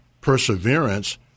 perseverance